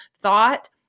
thought